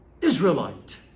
Israelite